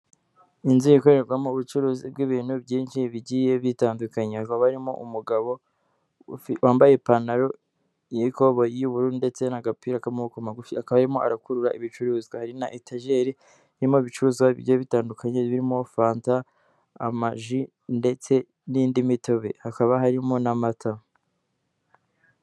Inzu ikorerwamo ubucuruzi bw'ibintu byinshi bigiye bitandukanye, hakaba barimo umugabo wambaye ipantaro y'ikoboyi y'ubururu ndetse n'agapira k'amaboko magufi, akaba arimo arakurura ibicuruzwa, hari na etajeri irimo ibicuruzwa bigiye bitandukanye, birimo fanta, amaji, ndetse n'indi mitobe hakaba harimo n'amata.